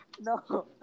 No